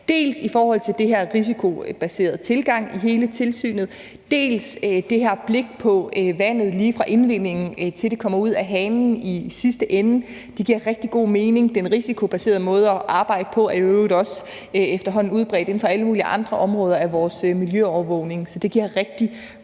dels i forhold til den her risikobaserede tilgang i hele tilsynet, dels i forhold til det der blik på vandet lige fra indvindingen, til det i sidste ende kommer ud af hanen. Det giver rigtig god mening. Den risikobaserede måde at arbejde på er i øvrigt også efterhånden udbredt inden for alle mulige andre områder af vores miljøovervågning, så det giver rigtig